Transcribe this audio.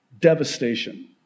devastation